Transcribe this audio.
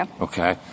Okay